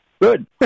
Good